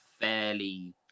fairly